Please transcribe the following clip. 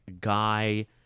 guy